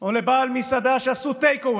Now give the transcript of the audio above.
או לבעל מסעדה שעשו take away